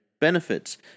benefits